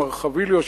מר חביליו,